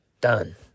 Done